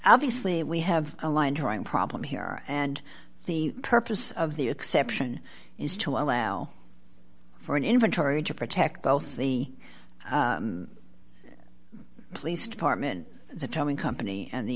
obviously we have a line drawing problem here and the purpose of the exception is to allow for an inventory to protect both the police department the timing company and the